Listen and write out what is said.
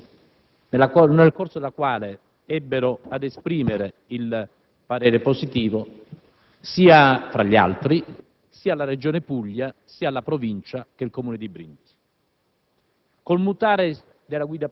dalla Conferenza dei servizi, nel corso della quale ebbero ad esprimersi positivamente, tra gli altri, la Regione Puglia, la Provincia e il Comune di Brindisi.